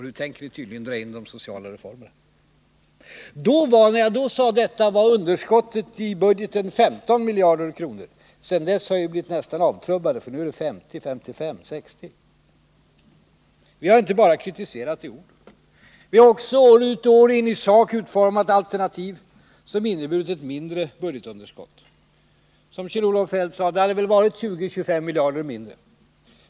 Nu tänker ni tydligen dra in de sociala reformerna. När jag sade detta var underskottet i budgeten 15 miljarder kronor. Sedan dess har vi nästan blivit avtrubbade, för nu ligger underskottet på 50, 55, 60 miljarder. Vi har inte bara kritiserat i ord. Vi har också år ut och år in i sak utformat alternativ som inneburit ett mindre budgetunderskott. Som Kjell-Olof Feldt sade: det hade väl varit 20-25 miljarder mindre.